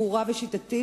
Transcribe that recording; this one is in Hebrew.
ברורה ושיטתית,